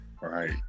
Right